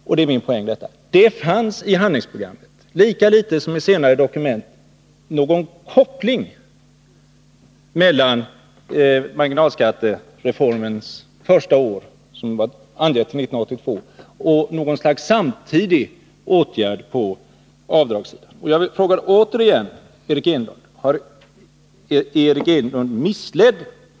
Och min poäng är: Det finns lika litet i handlingsprogrammet som i senare dokument någon koppling mellan marginalskattereformens första år, som var utsatt till 1982, och någon sorts samtidig åtgärd på avdragssidan. Jag frågar återigen Eric Enlund: Är Eric Enlund missledd?